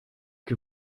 que